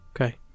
okay